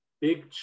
Big